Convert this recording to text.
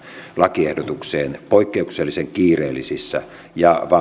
lakiehdotukseen poikkeuksellisen kiireellisissä ja